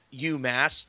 UMass